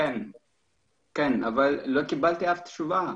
לא קיבלתי תשובה.